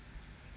mm